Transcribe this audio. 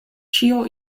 ĉio